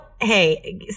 hey